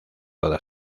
toda